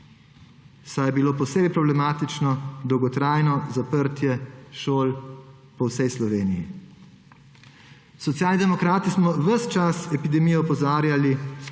saj je bilo posebej problematično dolgotrajno zaprtje šol po vsej Sloveniji. Socialdemokrati smo ves čas epidemije opozarjali,